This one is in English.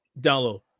download